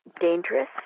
dangerous